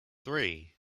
three